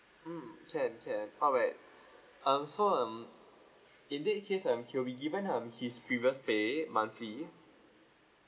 mm can can alright um so um in this case um he'll be given um his previous pay monthly